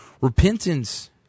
repentance